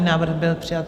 Návrh byl přijat.